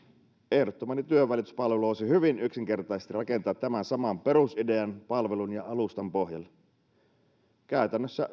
ehdottamani työnvälityspalvelu olisi hyvin yksinkertaista rakentaa tämän saman perusidean palvelun ja alustan pohjalle käytännössä